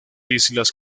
islas